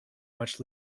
much